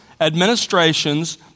administrations